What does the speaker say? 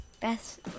Best